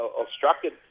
obstructed